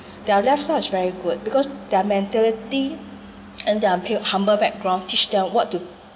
their lifestyle is very good because their mentality and their humble background teach them what to